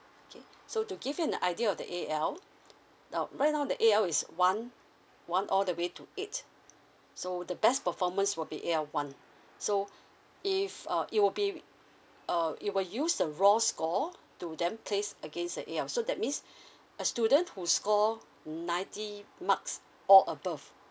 okay so to give you an idea of the A_L now right now the A_L is one one all the way to eight so the best performance will be A_L one so if uh it will be uh it will use the raw score to them place against that A_L so that means a student who score ninety marks or above